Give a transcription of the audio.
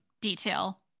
detail